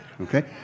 Okay